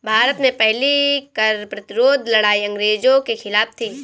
भारत में पहली कर प्रतिरोध लड़ाई अंग्रेजों के खिलाफ थी